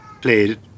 played